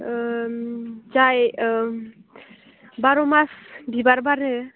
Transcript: जाय बार' मास बिबार बारो